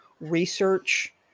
research